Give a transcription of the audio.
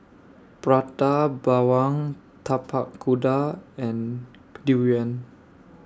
Prata Bawang Tapak Kuda and Durian